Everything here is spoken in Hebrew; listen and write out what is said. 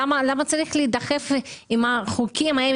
למה צריך להידחף עם החוקים האלה,